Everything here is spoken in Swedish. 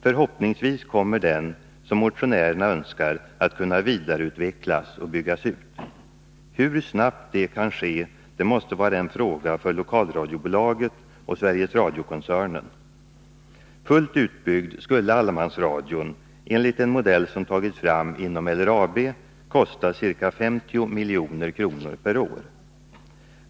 Förhoppningsvis kommer den, som motionärerna önskar, att kunna vidareutvecklas och byggas ut. Hur snabbt det kan ske måste vara en fråga för lokalradiobolaget och Sveriges Radio-koncernen. Fullt utbyggd skulle allemansradion, enligt en modell som tagits fram inom LRAB, kosta ca 50 milj.kr. per år.